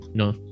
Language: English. no